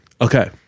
Okay